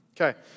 Okay